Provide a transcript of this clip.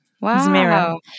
Wow